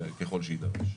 ככל שיידרש.